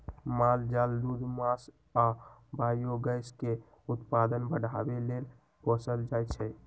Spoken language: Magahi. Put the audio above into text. माल जाल दूध मास आ बायोगैस के उत्पादन बढ़ाबे लेल पोसल जाइ छै